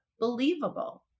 Believable